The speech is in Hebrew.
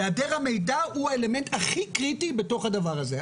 היעדר המידע הוא האלמנט הכי קריטי בתוך הדבר הזה,